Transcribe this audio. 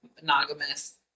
monogamous